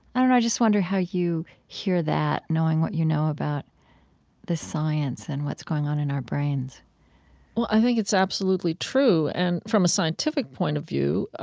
i don't know. i just wonder how you hear that knowing what you know about the science and what's going on in our brains well, i think it's absolutely true and from a scientific point of view.